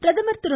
பிரதமர் திரு